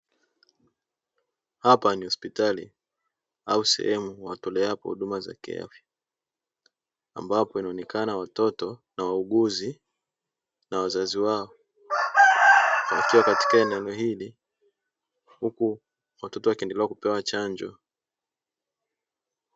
Hapa ni hospitali au sehemu watoleaopo huduma za kiafya, Ambapo inaonekana watoto na wauguzi na wazazi wao wakiwa katika eneo hili huku watoto wakiendelea kupewa chanjo.